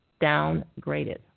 downgraded